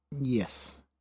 Yes